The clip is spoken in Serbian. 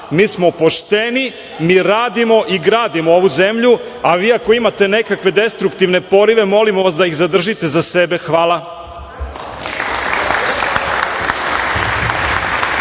mi smo pošteni, mi radimo i gradimo ovu zemlju, a vi ako imate nekakve destruktivne porive, molimo vas da ih zadržite za sebe. Hvala.